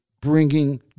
bringing